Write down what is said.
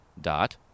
dot